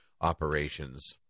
operations